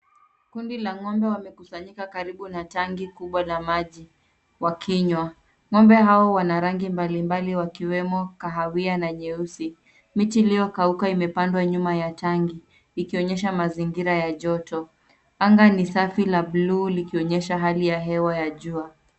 Kundi la ng'ombe wamekusanyika karibu na tank kubwa la maji wakinywa. Ng'ombe hawa wana rangi mbali mbali wakiwemo kahawia na nyeusi. Miti iliyokauka imepandwa nyuma ya tank ikionyesha mazingira ya joto. Anga ni safi la bluu likionyesha hali ya hewa ya jua.